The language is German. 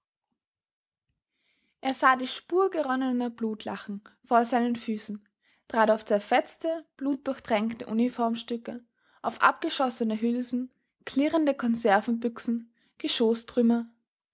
er sah die spur geronnener blutlachen vor seinen füßen trat auf zerfetzte blutdurchtränkte uniformstücke auf abgeschossene hülsen klirrende konservenbüchsen geschoßtrümmer